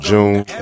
June